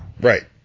Right